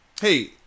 Hey